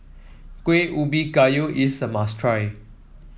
Kuih Ubi Kayu is a must try